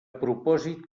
propòsit